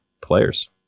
players